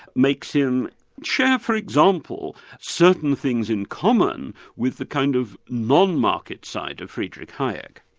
makes him share for example, certain things in common with the kind of non-market side of friedrich hayek.